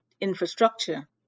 infrastructure